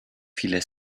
viele